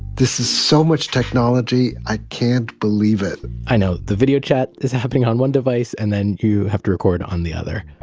this is so much technology, i can't believe it i know. the video chat is happening on one device and then you have to record on the other,